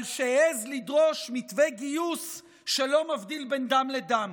שהעז לדרוש מתווה גיוס שלא מבדיל בין דם לדם,